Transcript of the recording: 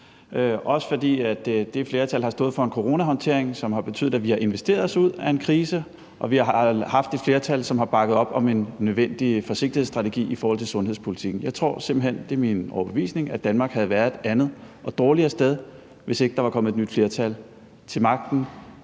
også fordi det flertal har stået for en coronahåndtering, som har betydet, at vi har investeret os ud af en krise, og vi har haft et flertal, som har bakket op om en nødvendig forsigtighedsstrategi i forhold til sundhedspolitikken. Jeg tror simpelt hen – det er min overbevisning – at Danmark havde været et andet og dårligere sted, hvis ikke der var kommet et nyt flertal til magten